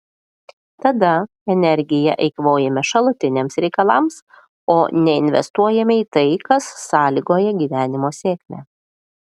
tada energiją eikvojame šalutiniams reikalams o neinvestuojame į tai kas sąlygoja gyvenimo sėkmę